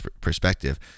perspective